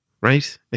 right